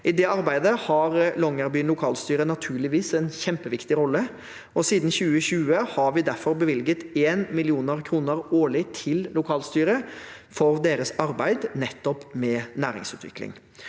I det arbeidet har Longyearbyen lokalstyre naturligvis en kjempeviktig rolle, og siden 2020 har vi derfor bevilget 1 mill. kr årlig til lokalstyret for deres arbeid med nettopp næringsutvikling.